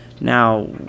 Now